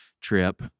trip